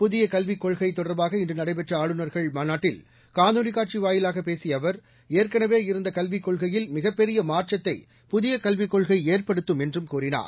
புதிய கல்விக் கொள்கை தொடர்பாக இன்று நடைபெற்ற ஆளுநர்கள் மாநாட்டில் காணொலிக் காட்சி வாயிலாக பேசிய அவர் ஏற்கனவே இருந்த கல்விக் கொள்கையில் மிகப் பெரிய மாற்றத்தை புதிய கல்விக் கொள்கை ஏற்படுத்தும் என்றும் கூறினார்